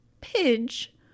Pidge